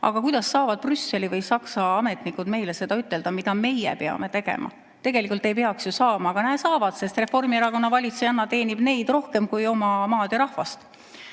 Aga kuidas saavad Brüsseli või Saksa ametnikud meile seda ütelda, mida meie peame tegema? Tegelikult ei peaks ju saama, aga näe, saavad, sest Reformierakonna valitsejanna teenib neid rohkem kui oma maad ja rahvast. Mida